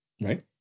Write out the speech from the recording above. Right